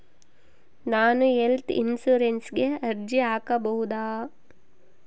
ನಾನು ಹೆಲ್ತ್ ಇನ್ಶೂರೆನ್ಸಿಗೆ ಅರ್ಜಿ ಹಾಕಬಹುದಾ?